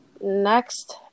Next